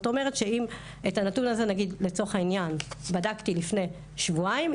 את הנתון הזה נגיד לצורך העניין בדקתי לפני שבועיים.